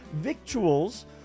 victuals